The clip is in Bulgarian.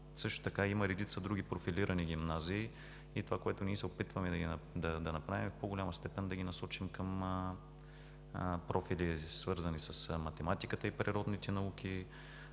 също така има редица други профилирани гимназии и това, което ние се опитваме да направим в по-голяма степен, е да ги насочим към профили, свързани с математиката и природните науки